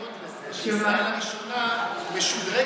העדויות לזה שישראל הראשונה משודרגת